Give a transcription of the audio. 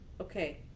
Okay